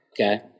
okay